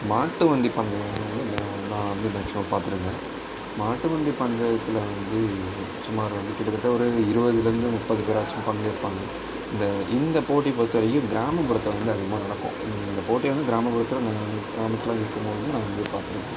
மாட்டு வண்டிப்பந்தயம் நான் வந்து மேக்சிமம் பார்த்துருக்கேன் மாட்டு வண்டிப்பந்தயத்தில் வந்து சுமார் வந்து கிட்டதட்ட ஒரு இருபதிலிருந்து முப்பது பேராச்சும் பங்கேற்பாங்க இந்த இந்தப்போட்டி பொறுத்தவரை கிராமப்புறத்தில் வந்து அதிகமாக நடக்கும் இந்த போட்டி வந்து கிராமப்புறத்தில் நான் வந்து பார்த்துருக்கோம்